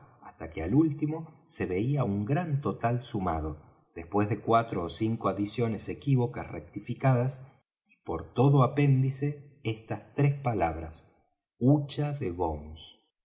hasta que al último se veía un gran total sumado después de cuatro ó cinco adiciones equívocas rectificadas y por todo apéndice estas tres palabras hucha de